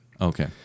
Okay